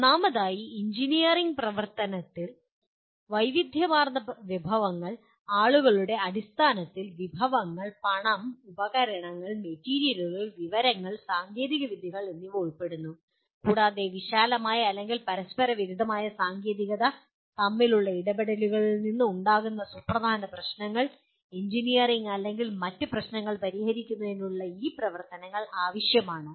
ഒന്നാമതായി സങ്കീർണ്ണമായ എഞ്ചിനീയറിംഗ് പ്രവർത്തനത്തിൽ വൈവിധ്യമാർന്ന വിഭവങ്ങൾ ആളുകളുടെ അടിസ്ഥാനത്തിൽ വിഭവങ്ങൾ പണം ഉപകരണങ്ങൾ മെറ്റീരിയലുകൾ വിവരങ്ങൾ സാങ്കേതികവിദ്യകൾ എന്നിവ ഉൾപ്പെടുന്നു കൂടാതെ വിശാലമായ അല്ലെങ്കിൽ പരസ്പരവിരുദ്ധമായ സാങ്കേതികത തമ്മിലുള്ള ഇടപെടലുകളിൽ നിന്ന് ഉണ്ടാകുന്ന സുപ്രധാന പ്രശ്നങ്ങൾ എഞ്ചിനീയറിംഗ് അല്ലെങ്കിൽ മറ്റ് പ്രശ്നങ്ങൾ പരിഹരിക്കുന്നതിന് ഈ പ്രവർത്തനങ്ങൾ ആവശ്യമാണ്